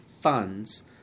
funds